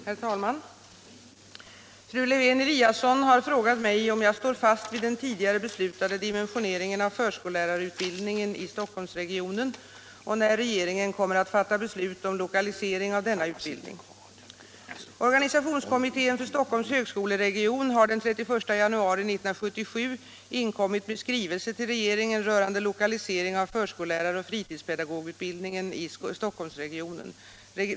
Herr talman! Fru Lewén-Eliasson har frågat mig om jag står fast vid den tidigare beslutade dimensioneringen av förskollärarutbildningen i Stockholmsregionen och när regeringen kommer att fatta beslut om lokalisering av denna utbildning. Organisationskommittén för Stockholms högskoleregion har den 31 januari 1977 inkommit med skrivelse till regeringen rörande lokalisering av förskolläraroch fritidspedagogutbildningen i Stockholmsregionen.